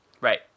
Right